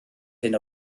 hyn